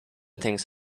things